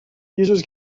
users